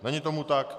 Není tomu tak.